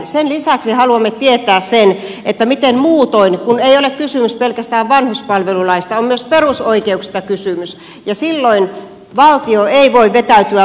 sen lisäksi haluamme tietää sen miten muutoin valtio kantaa vastuunsa kun ei ole kysymys pelkästään vanhuspalvelulaista on myös perusoikeuksista kysymys ja silloin valtio ei voi vetäytyä vastuustaan